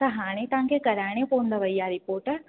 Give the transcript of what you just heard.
त हाणे तव्हांखे कराइणी पवंदव इहा रिपोट